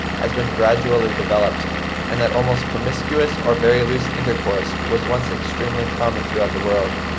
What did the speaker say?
has been gradually developed and that almost promiscuous or very loose intercourse was once extremely common throughout the world.